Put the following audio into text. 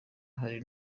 hari